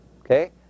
Okay